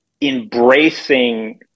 embracing